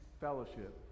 fellowship